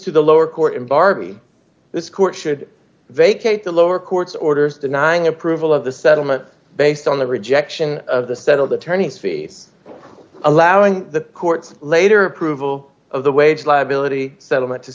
to the lower court in bar b this court should vacate the lower court's orders denying approval of the settlement based on the rejection of the settled attorney's fees allowing the court's later approval of the wage liability settlement to